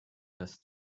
das